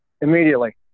immediately